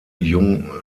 jung